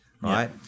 right